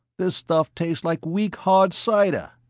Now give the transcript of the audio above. this stuff tastes like weak hard cider.